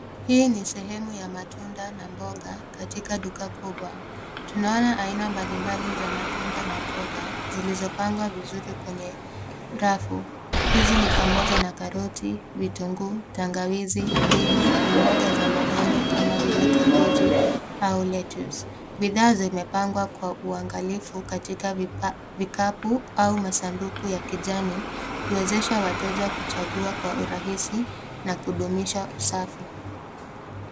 Hii ni sehemu ya matunda na mboga katika duka kubwa. Tunaona aina mbalimbali za matunda na mboga zilizopangwa vizuri kwenye rafu. Hizi ni pamoja na karoti, vitunguu, tangawizi, ndimu na mboga za majani kama vile kabeji au lettuce . Bidhaa zimepangwa kwa aungalifu katika vikapu au masanduku ya kijani kuwezesha wateka kuchagua kwa urahisi na kudumisha usafi.